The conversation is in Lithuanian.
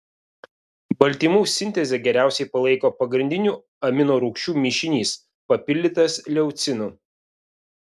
baltymų sintezę geriausiai palaiko pagrindinių aminorūgščių mišinys papildytas leucinu